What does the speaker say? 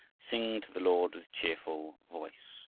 sing to the lord with cheerful voice!